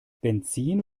benzin